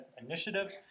initiative